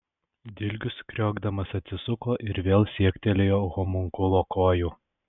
dilgius kriokdamas atsisuko ir vėl siektelėjo homunkulo kojų